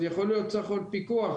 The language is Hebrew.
אז יכול להיות שצריך עוד פיקוח,